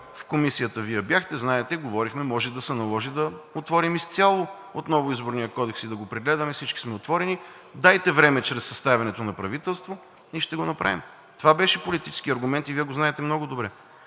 в Комисията Вие бяхте, знаете, говорихме, може да се наложи да отворим изцяло отново Изборния кодекс и да го прегледаме – всички сме отворени, дайте време чрез съставянето на правителство и ще го направим. Това беше политически аргумент и Вие го знаете много добре.